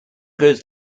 grows